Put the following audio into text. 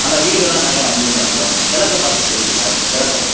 நல்லா வீடெல்லாம் நிறையா வந்துடுச்சு கிழக்க பார்த்த சைட்டு சார் கிழக்க